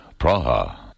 Praha